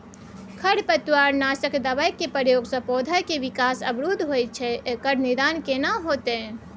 खरपतवार नासक दबाय के प्रयोग स पौधा के विकास अवरुध होय छैय एकर निदान केना होतय?